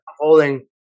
holding